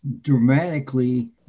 dramatically